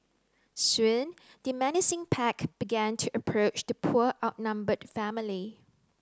soon the menacing pack began to approach the poor outnumbered family